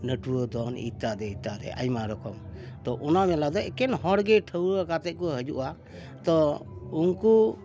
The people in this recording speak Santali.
ᱱᱟᱹᱴᱣᱟᱹ ᱫᱚᱱ ᱤᱛᱛᱟᱫᱤ ᱤᱛᱛᱟᱫᱤ ᱟᱭᱢᱟ ᱨᱚᱠᱚᱢ ᱛᱚ ᱚᱱᱟ ᱢᱮᱞᱟ ᱫᱚ ᱮᱠᱮᱱ ᱦᱚᱲᱜᱮ ᱴᱷᱟᱹᱣᱠᱟᱹ ᱠᱟᱛᱮ ᱠᱚ ᱦᱤᱡᱩᱜᱼᱟ ᱛᱚ ᱩᱱᱠᱩ